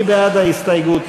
מי בעד ההסתייגות?